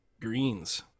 greens